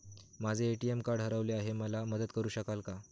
माझे ATM card हरवले आहे, मला मदत करु शकाल का?